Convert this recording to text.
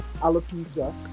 alopecia